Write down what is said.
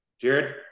Jared